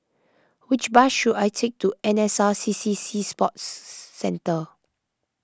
which bus should I take to N S R C C Sea Sports Centre